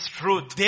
truth